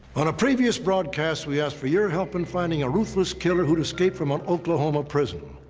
on a previous broadcast, we asked for your help in finding a ruthless killer who'd escaped from an oklahoma prison.